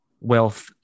wealth